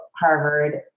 Harvard